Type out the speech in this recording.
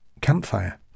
Campfire